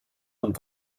und